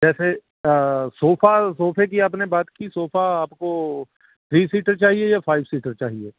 جیسے صوفہ صوفے کی آپ نے بات کی صوفہ آپ کو تھری سیٹر چاہیے یا فائیو سیٹر چاہیے